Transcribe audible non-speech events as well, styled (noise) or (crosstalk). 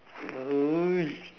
(noise)